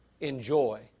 enjoy